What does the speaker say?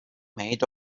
made